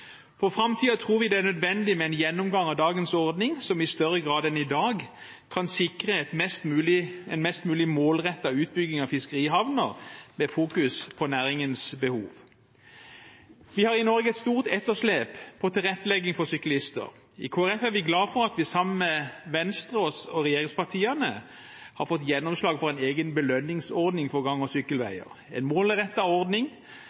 på 60 mill. kr er et viktig tiltak, både for å redde liv og for å sikre fiskerinæringens infrastruktur. For framtiden tror vi det er nødvendig med en gjennomgang av dagens ordning for å få en ordning som i større grad enn i dag kan sikre en mest mulig målrettet utbygging av fiskerihavner med vekt på næringens behov. Vi har i Norge et stort etterslep på tilrettelegging for syklister. I Kristelig Folkeparti er vi glade for at vi sammen med Venstre og